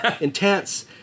intense